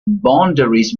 boundaries